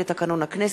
בוועדת הכנסת,